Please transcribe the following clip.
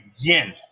again